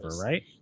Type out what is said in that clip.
Right